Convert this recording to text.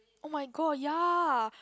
oh-my-god ya